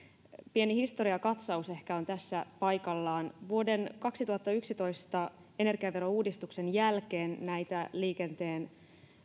pieni historiakatsaus on ehkä tässä paikallaan vuoden kaksituhattayksitoista energiaverouudistuksen jälkeen näitä